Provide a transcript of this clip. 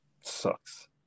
Sucks